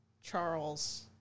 Charles